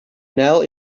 nijl